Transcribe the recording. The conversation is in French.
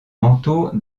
manteau